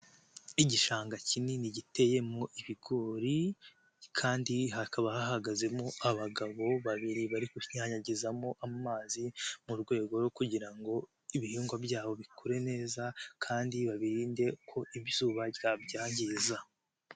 Igishanga kinini giteyemo ibigori kandi hakaba hahagazemo abagabo babiri bari kunyanyagizamo amazi mu rwego rwo kugira ngo ibihingwa byabo bikure neza kandi babirinde ko izuba ryabyangiza.